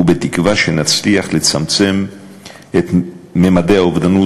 ובתקווה שנצליח לצמצם את ממדי האובדנות